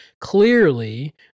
clearly